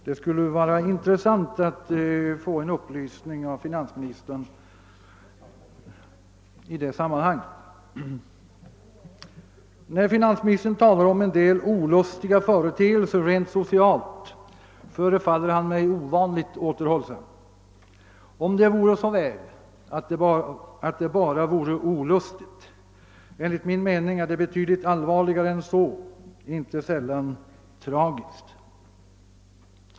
Det skulle vara intressant att få en upplysning av finansministern om detta. När finansministern talar om en del rent socialt olustiga företeelser förefaller han mig ovanligt återhållsam. Enligt min mening är det betydligt allvarligare än så, inte sällan tragiskt.